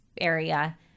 area